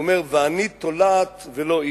הוא אומר: ואני תולעת ולא איש.